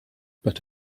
but